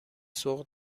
سوق